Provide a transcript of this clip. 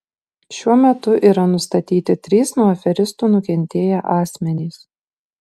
šiuo metu yra nustatyti trys nuo aferistų nukentėję asmenys